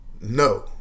No